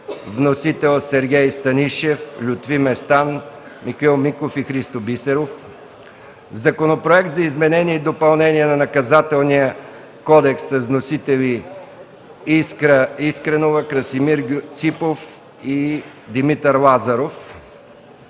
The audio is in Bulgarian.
вносители – Сергей Станишев, Лютви Местан, Михаил Миков и Христо Бисеров. - Законопроект за изменение и допълнение на Наказателния кодекс с вносители Искра Искренова, Красимир Ципов и Димитър Лазаров.